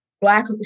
Black